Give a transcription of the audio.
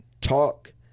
talk